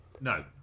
No